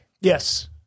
yes